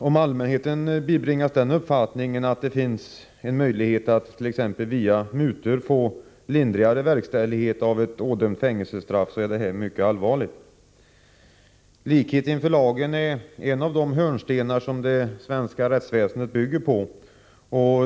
Om allmänheten bibringas den uppfattningen att det finns en möjlighet att via mutor få lindring vid verkställigheten av ett ådömt fängelsestraff, är detta mycket allvarligt. Likhet inför lagen är en av de hörnstenar som det svenska rättsväsendet bygger på.